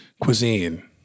cuisine